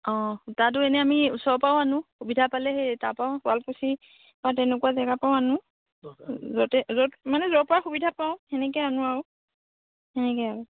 অ' সূতাটো এনে আমি ওচৰৰ পৰাও আনোঁ সুবিধা পালে সেই তাৰপৰাও শুৱালকুছি বা তেনেকুৱা জেগা পৰাও আনোঁ য'তে মানে য'ৰ পৰাই সুবিধা পাওঁ সেনেকেই আনোঁ আৰু সেনেকেই আৰু